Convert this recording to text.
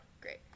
Great